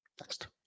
Next